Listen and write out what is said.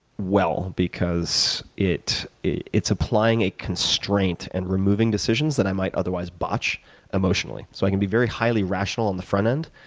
well because it's applying a constraint and removing decisions that i might otherwise botch emotionally. so i can be very highly rational on the front end